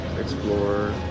explore